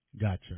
Gotcha